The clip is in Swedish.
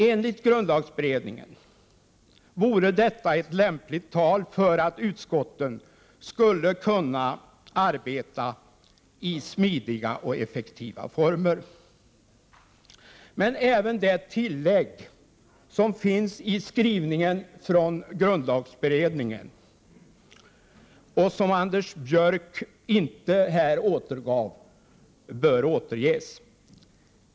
Enligt grundlagberedningen vore detta ett lämpligt tal för att utskotten skall kunna arbeta under smidiga och effektiva former. Även det tillägg som finns i skrivningen från grundlagberedningen, och som Anders Björck inte återgav här, bör emellertid återges.